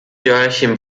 joachim